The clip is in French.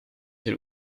ses